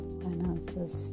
finances